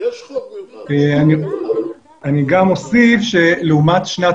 אני גם אוסיף שלעומת שנת